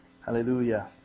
Hallelujah